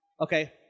Okay